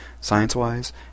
science-wise